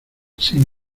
sin